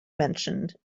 mentioned